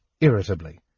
irritably